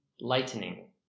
lightening